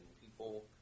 people